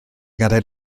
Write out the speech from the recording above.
gadael